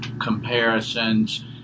comparisons